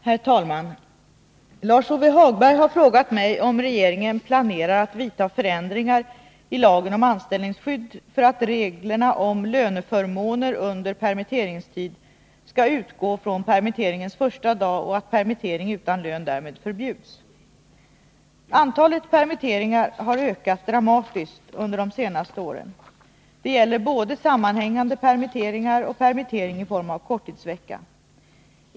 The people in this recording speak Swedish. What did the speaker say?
Herr talman! Lars-Ove Hagberg har frågat mig om regeringen planerar att vidta förändringar i lagen om anställningsskydd för att reglerna om löneförmåner under permitteringstid skall ändras så, att lön och andra anställningsförmåner skall utgå från permitteringens första dag och att permittering utan lön därmed förbjuds. Antalet permitteringar har ökat dramatiskt under de senaste åren. Det gäller både sammanhängande permitteringar och permittering i form av korttidsvecka.